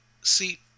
See